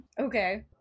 Okay